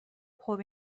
خوب